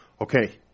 Okay